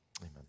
Amen